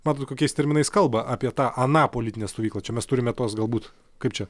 matot kokiais terminais kalba apie tą aną politinę stovyklą čia mes turime tuos galbūt kaip čia